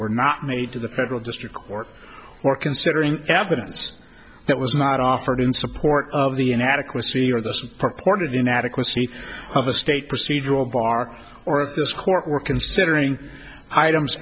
were not made to the federal district court or considering evidence that was not offered in support of the inadequacy of this purported inadequacy of a state procedural bar or if this court were considering items